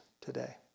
today